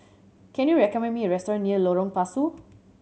can you recommend me a restaurant near Lorong Pasu